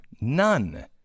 None